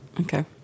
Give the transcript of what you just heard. Okay